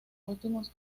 últimos